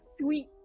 Sweet